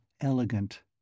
elegant